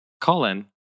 Colin